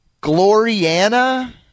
Gloriana